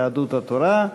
יהדות התורה,